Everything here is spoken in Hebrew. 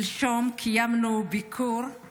שלשום קיימנו ביקור של